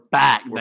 back